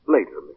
Later